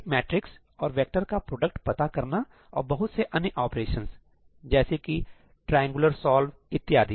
एक मैट्रिक्स और वेक्टर का प्रोडक्ट पता करना और बहुत से अन्य ऑपरेशंस जैसे कि ट्रायंगुलर सॉल्व इत्यादि